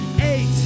eight